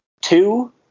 Two